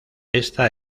esta